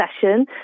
session